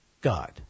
God